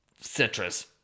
citrus